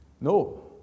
No